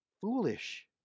foolish